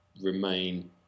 remain